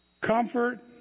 comfort